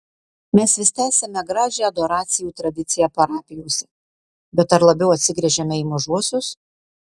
mes vis tęsiame gražią adoracijų tradiciją parapijose bet ar labiau atsigręžiame į mažuosius